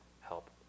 help